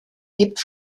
lebt